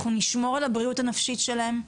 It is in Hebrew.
אנחנו נשמור על הבריאות הנפשית שלהם,